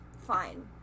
Fine